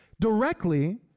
directly